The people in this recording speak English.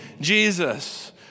Jesus